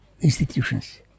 institutions